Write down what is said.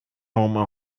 home